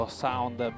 sound